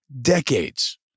decades